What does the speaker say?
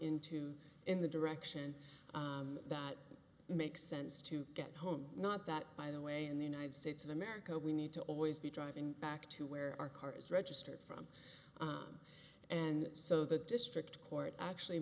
into in the direction that makes sense to get home not that by the way in the united states of america we need to always be driving back to where our car is registered from and so the district court actually